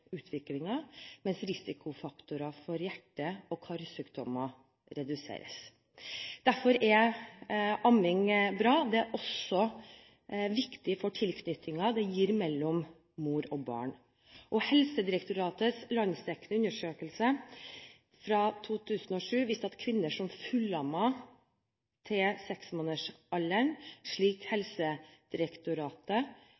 mens risikofaktorer for hjerte- og karsykdommer reduseres. Derfor er amming bra. Det er også viktig for tilknytningen det gir mellom mor og barn. Helsedirektoratets landsdekkende undersøkelse fra 2007 viste at kvinner som fullammet til